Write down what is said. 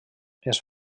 els